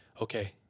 okay